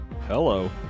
Hello